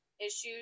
issues